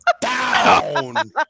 down